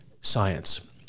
science